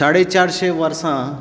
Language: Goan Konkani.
साडे चारशीं वर्सां